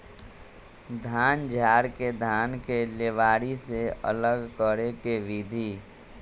धान झाड़ के धान के लेबारी से अलग करे के विधि